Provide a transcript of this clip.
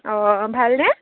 অঁ ভালনে